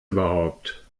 überhaupt